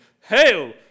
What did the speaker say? Hail